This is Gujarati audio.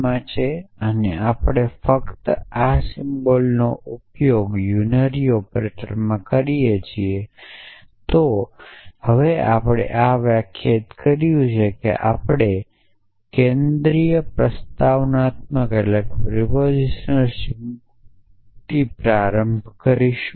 માં છે અને આપણે ફક્ત આ સિમ્બલ્સનો ઉપયોગ યુનરી ઓપરેટરમાં કરીએ છીએ તો હવે આપણે આ વ્યાખ્યાયિત કર્યું છે કે આપણે કેન્દ્રિય પ્રસ્તાવનાત્મક સિમ્બલ્સથી પ્રારંભ કરીશું